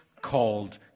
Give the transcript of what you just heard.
called